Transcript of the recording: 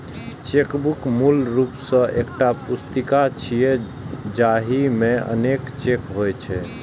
chequebook मूल रूप सं एकटा पुस्तिका छियै, जाहि मे अनेक चेक होइ छै